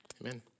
Amen